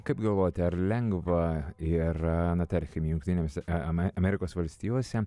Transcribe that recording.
kaip galvojate ar lengva ir na tarkim jungtinėms amerikos valstijose